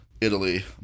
italy